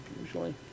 usually